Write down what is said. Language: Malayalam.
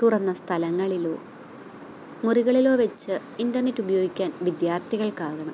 തുറന്ന സ്ഥലങ്ങളിലോ മുറികളിലോ വച്ച് ഇൻറ്റർനെറ്റ് ഉപയോഗിക്കാൻ വിദ്യാർത്ഥികൾക്കാവണം